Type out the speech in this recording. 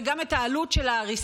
וגם את העלות של ההריסה,